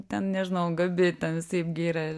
ten nežinau gabi ten visaip giria